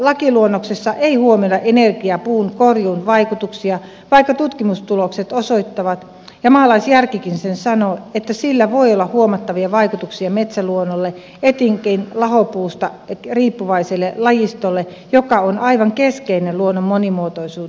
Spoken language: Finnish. lakiluonnoksessa ei huomioida energiapuun korjuun vaikutuksia vaikka tutkimustulokset osoittavat ja maalaisjärkikin sanoo että sillä voi olla huomattavia vaikutuksia metsäluonnolle etenkin lahopuusta riippuvaiselle lajistolle joka on aivan keskeinen luonnon monimuotoisuutta ajatellen